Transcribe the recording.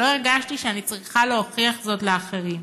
לא הרגשתי שאני צריכה להוכיח זאת לאחרים.